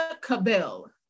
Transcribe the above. Cabell